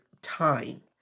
time